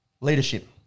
Leadership